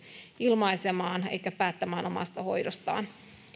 ilmaisemaan tahtoaan eivätkä päättämään omasta hoidostaan